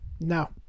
No